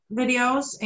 videos